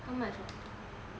how much ah